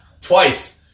twice